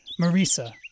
Marisa